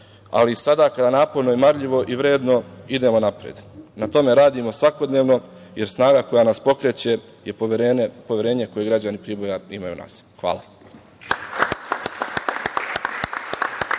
ali sada naporno i marljivo i vredno idemo napred. Na tome radimo svakodnevno jer snaga koja nas pokreće je poverenje koje građani Priboja imaju u nas. Hvala.